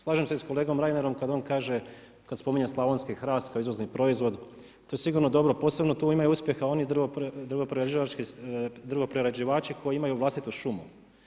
Slažem se i s kolegom Rainerom kada on kaže, kada spominje slavonski hrast koji je izvozni proizvod, to je sigurno dobro, posebno tu imaju uspjeha oni drvoprerađivači koji imaju vlastitu šumu.